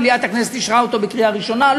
מליאת הכנסת אישרה אותה בקריאה ראשונה.